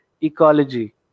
ecology